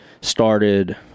started